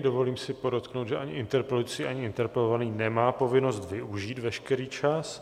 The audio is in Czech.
Dovolím si podotknout, že ani interpelující, ani interpelovaný nemá povinnost využít veškerý čas.